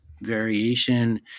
variation